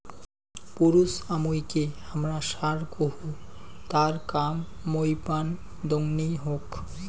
পুরুছ আমুইকে হামরা ষাঁড় কহু তার কাম মাইপান দংনি হোক